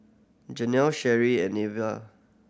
Janelle Sherry and Neva